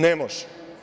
Ne može.